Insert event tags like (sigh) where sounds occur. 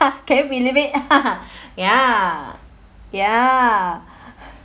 okay we leave it (laughs) ya ya